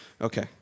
Okay